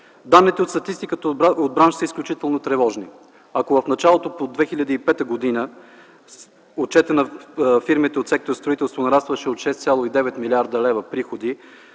Данните от статистиката от бранша са изключително тревожни. Ако в началото на 2005 г. отчетът на фирмите от сектор строителство нарастваше от 6,9 милиарда приходи